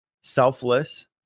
selfless